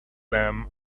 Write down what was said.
them